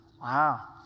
Wow